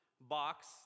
box